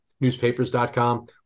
Newspapers.com